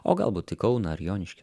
o galbūt į kauną ar joniškį